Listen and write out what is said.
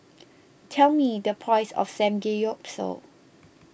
tell me the price of Samgeyopsal